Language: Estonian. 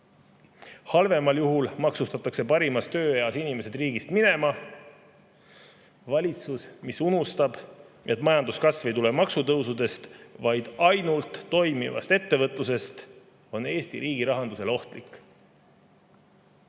Halvemal juhul maksustatakse parimas tööeas inimesed riigist minema. Valitsus, mis unustab, et majanduskasv ei tule maksutõusudest, vaid ainult toimivast ettevõtlusest, on Eesti riigi rahandusele ohtlik.